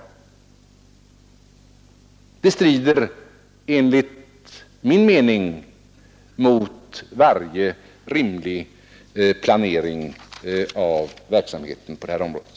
Det strider enligt min mening mot varje rimlig planering av verksamheten på det här området.